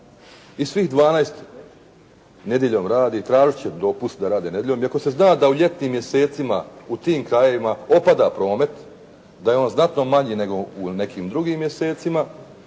i svih 12 nedjeljom radi, tražit će dopust da rade nedjeljom, i ako se zna da u ljetnim mjesecima u tim krajevima opada promet, da je on znatno manji nego u nekim drugim mjesecima